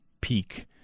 peak